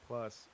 Plus